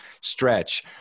stretch